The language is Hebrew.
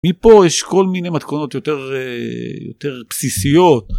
מפה יש כל מיני מתכונות יותר בסיסיות